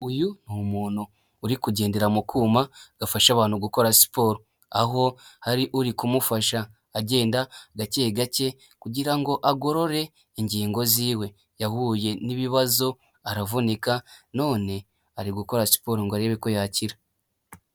Uyu ni umuntu uri kugendera mu kuma gafasha abantu gukora siporo, aho hari uri kumufasha agenda gake gake kugira agorore ingingo ziwe yahuye n'ibibazo aravunika none ari gukora siporo ngo arebe ko yakira.